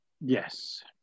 Yes